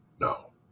No